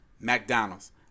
McDonald's